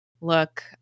look